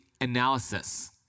analysis